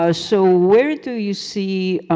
ah so, where do you see